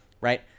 right